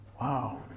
Wow